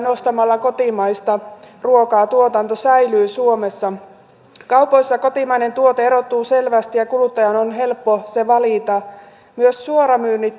ostamalla kotimaista ruokaa tuotanto säilyy suomessa kaupoissa kotimainen tuote erottuu selvästi ja kuluttajan on helppo se valita myös suoramyynnit